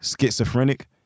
schizophrenic